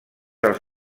als